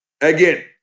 Again